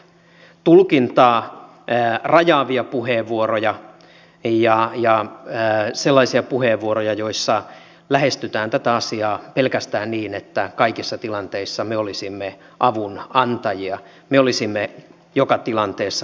tulkintaa rajaavia puheenvuoroja ja sellaisia puheenvuoroja joissa lähestytään tätä asiaa pelkästään niin että kaikissa tilanteissa me olisimme avunantajia me olisimme joka tilanteessa menossa auttamaan